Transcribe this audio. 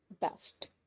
best